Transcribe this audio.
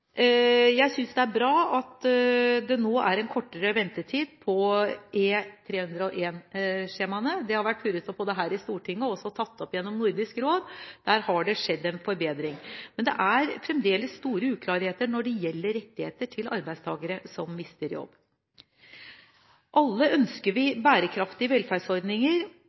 Jeg synes det er bra at det nå er en kortere ventetid på E-301-skjemaene. Det har vært purret opp både her i Stortinget og har vært tatt opp gjennom Nordisk råd. Der har det skjedd en forbedring. Men det er fremdeles store uklarheter når det gjelder rettigheter til arbeidstakere som mister jobb. Alle ønsker vi bærekraftige velferdsordninger.